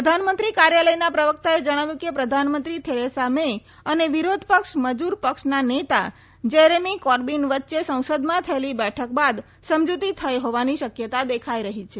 પ્રધાનમંત્રી કાર્યાલયના પ્રવક્તાએ જણાવ્યું કે પ્રધાનમંત્રી થેરેસા મે અને વિરોધપક્ષ મજૂર પક્ષના નેતા જેરેમી કોર્બીન વચ્ચે સંસદમાં થયેલી બેઠક બાદ સમજૂતી થઈ હોવાની શક્યતા દેખાઈ રહી છે